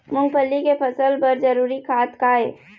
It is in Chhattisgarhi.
मूंगफली के फसल बर जरूरी खाद का ये?